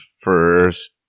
first